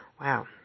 wow